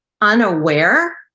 unaware